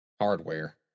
hardware